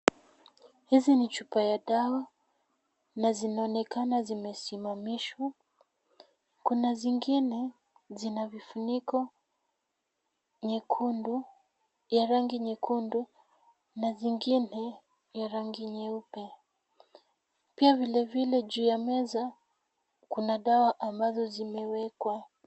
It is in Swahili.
Hizi ni chupa ya dawa na zinaonekana zimesimamishwa, kuna zingine zina vifuniko nyekundu ya rangi nyekundu na zingine ya rangi nyeupe. Pia vile vile juu ya meza kuna dawa ambazo zimewekwa.